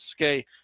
Okay